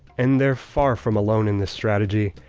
and they're far from alone in this strategy.